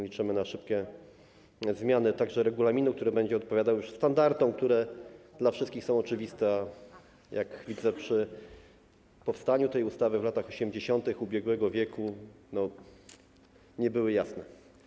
Liczymy także na szybkie zmiany regulaminu, który będzie odpowiadał już standardom, które dla wszystkich są oczywiste, jak widzę, a przy powstaniu tej ustawy w latach 80. ubiegłego wieku nie były jasne.